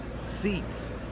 seats